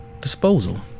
disposal